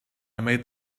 made